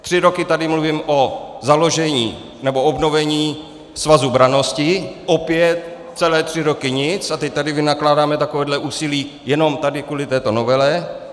Tři roky tady mluvím o založení nebo obnovení Svazu brannosti, opět celé tři roky nic, a teď tady vynakládáme takové úsilí jenom kvůli této novele.